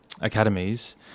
academies